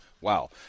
wow